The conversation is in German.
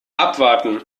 abwarten